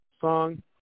song